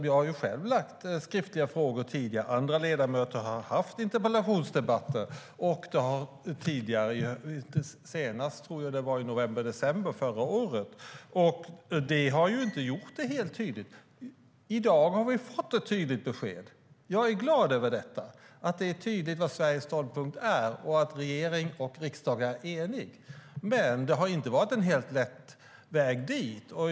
Jag har själv ställt skriftliga frågor tidigare. Andra ledamöter har haft interpellationsdebatter - senast var i november förra året, tror jag - och det har inte gjort det helt tydligt. I dag har vi fått ett tydligt besked. Jag är glad över att det är tydligt vilken Sveriges ståndpunkt är och att regering och riksdag är eniga, men det har inte varit en helt lätt väg dit.